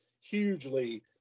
hugely